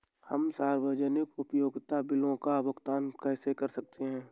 हम सार्वजनिक उपयोगिता बिलों का भुगतान कैसे कर सकते हैं?